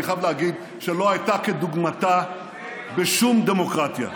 אני חייב להגיד שלא הייתה כדוגמתה בשום דמוקרטיה.